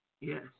Yes